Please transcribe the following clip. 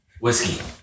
whiskey